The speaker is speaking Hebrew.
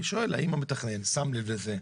אני שואל האם המתכנן שם לב לזה?